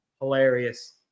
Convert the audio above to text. hilarious